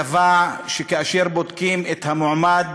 קבע שכאשר בודקים את המועמד,